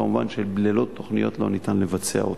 כמובן, ללא תוכניות לא ניתן לבצע אותו.